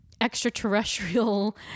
extraterrestrial